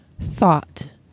thought